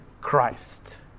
Christ